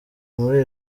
muri